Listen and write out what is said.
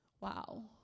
Wow